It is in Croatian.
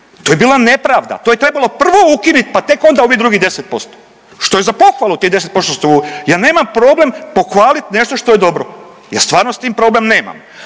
to je bila nepravda, to je trebalo prvo ukinit, pa tek onda ovih drugih 10%, što je za pohvalu tih 10%, ja nemam problem pohvalit nešto što je dobro, ja stvarno s tim problem nemam,